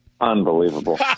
Unbelievable